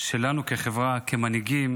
שלנו כחברה, כמנהיגים